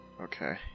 Okay